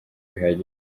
bihagije